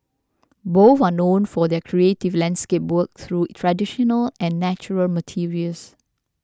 both are known for their creative landscape work through traditional and natural materials